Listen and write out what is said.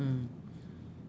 mm